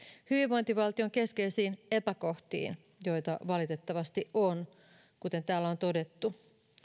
hyvinvointivaltion keskeisiin epäkohtiin joita valitettavasti on kuten täällä on todettu